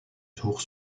tour